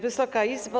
Wysoka Izbo!